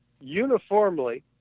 uniformly